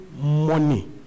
money